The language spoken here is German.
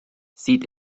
sieht